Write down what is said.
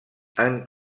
han